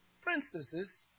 princesses